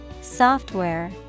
Software